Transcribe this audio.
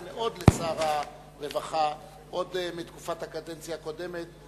מאוד לשר הרווחה עוד בתקופת הקדנציה הקודמת.